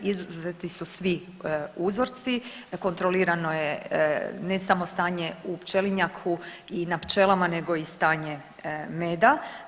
Izuzeti su svi uzorci, kontrolirano je ne samo stanje u pčelinjaku i na pčelama nego i stanje meda.